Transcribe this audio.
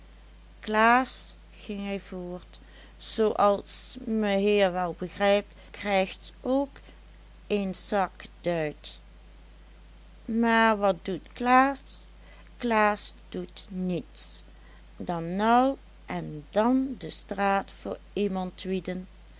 klaas ging hij voort zoo as meheer wel begrijpt krijgt ook een zakduit maar wat doet klaas klaas doet niets dan nou en dan de straat voor iemand wieden